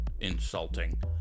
insulting